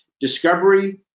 discovery